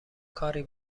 کاری